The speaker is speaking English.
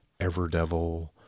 Everdevil